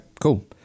cool